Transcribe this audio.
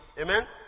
Amen